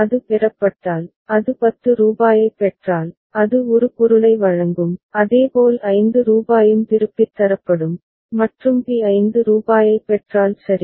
அது பெறப்பட்டால் அது 10 ரூபாயைப் பெற்றால் அது ஒரு பொருளை வழங்கும் அதேபோல் 5 ரூபாயும் திருப்பித் தரப்படும் மற்றும் பி 5 ரூபாயைப் பெற்றால் சரி